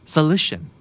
Solution